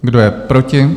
Kdo je proti?